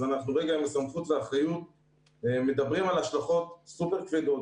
אז אנחנו רגע עם הסמכות והאחריות מדברים על השלכות סופר כבדות,